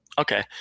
Okay